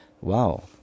wow